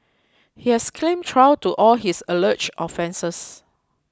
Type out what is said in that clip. he has claimed trial to all his alleged offences